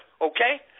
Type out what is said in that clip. okay